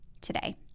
today